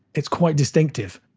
it's quite distinctive.